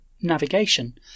navigation